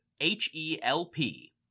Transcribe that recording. H-E-L-P